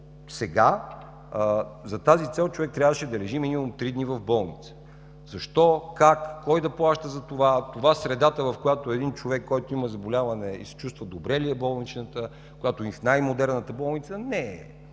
Досега за тази цел човек трябваше да лежи минимум три дни в болница – защо, как, кой да плаща за това. Това, средата, в която един човек има заболяване и се чувства добре ли е болничната, когато е и в най-модерната болница? Не е,